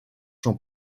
sont